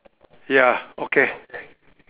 ya okay